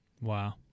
Wow